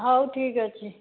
ହଉ ଠିକ୍ ଅଛି